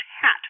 hat